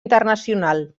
internacional